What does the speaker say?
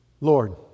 Lord